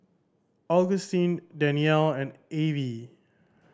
Augustin Daniele and Avie